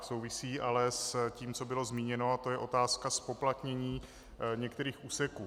Souvisí ale s tím, co bylo zmíněno, a to je otázka zpoplatnění některých úseků.